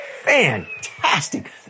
fantastic